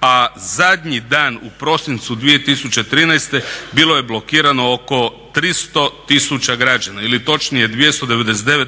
a zadnji dan u prosincu 2013. bilo je blokiran oko 300 tisuća građana, ili točnije 299